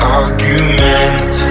argument